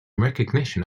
recognition